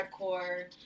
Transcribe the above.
hardcore